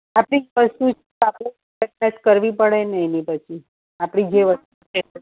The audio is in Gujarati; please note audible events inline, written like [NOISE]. [UNINTELLIGIBLE] તપાસ કરવી પડેને પછી આપણી જે વસ્તુ હોય એ